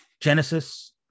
Genesis